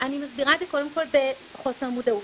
אני מסבירה את זה קודם כל בחוסר מודעות,